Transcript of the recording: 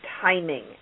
timing